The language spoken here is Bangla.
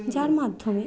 যার মাধ্যমে